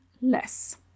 less